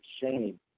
shame